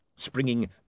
Springing